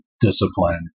discipline